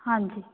ਹਾਂਜੀ